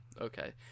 Okay